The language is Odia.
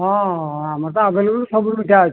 ହଁ ଆମର ତ ଆଭେଲେବୁଲ୍ ସବୁ ମିଠା ଅଛି